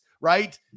right